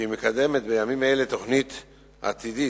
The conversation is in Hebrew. והיא מקדמת בימים אלה תוכנית עתידית,